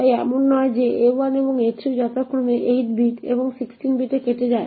তাই এমন নয় যে a2 এবং a3 যথাক্রমে 8 বিট এবং 16 বিটে কেটে যায়